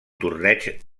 torneig